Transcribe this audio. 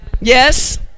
yes